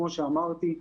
כמו שאמרתי,